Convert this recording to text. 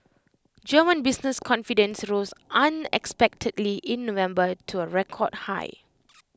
German business confidence rose unexpectedly in November to A record high